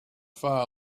far